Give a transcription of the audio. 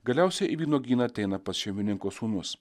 galiausiai į vynuogyną ateina pas šeimininko sūnus